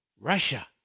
Russia